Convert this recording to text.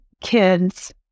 kids